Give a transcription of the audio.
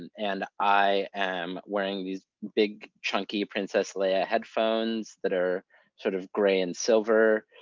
and and i am wearing these big, chunky princess leia headphones that are sort of gray and silver.